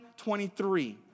23